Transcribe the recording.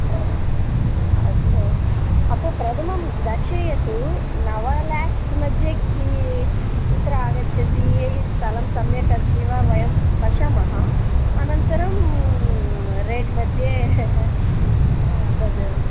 ओ अस्तु अस्तु प्रथमं दर्शयतु नवति लाक्स् मध्ये कि किुत्र आगच्छति स्थलं सम्यकस्ति वा वयं पश्यामः अनन्तरं रेट् मध्ये तत्